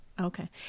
Okay